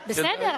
רבותי,